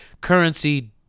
Currency